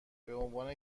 بعنوان